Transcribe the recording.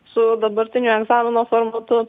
su dabartiniu egzamino formatu